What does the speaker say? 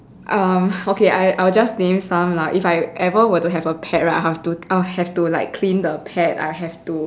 um okay I I will just name some lah if I ever were to have a pet right I have to I'll have to like clean the pet I'll have to